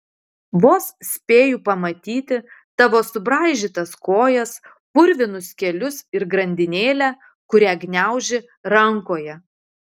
vos spėju pamatyti tavo subraižytas kojas purvinus kelius ir grandinėlę kurią gniauži rankoje